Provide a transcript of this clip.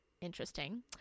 Interesting